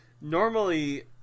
Normally